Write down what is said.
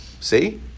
See